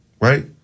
right